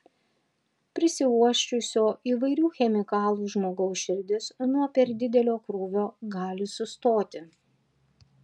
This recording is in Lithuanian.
prisiuosčiusio įvairių chemikalų žmogaus širdis nuo per didelio krūvio gali sustoti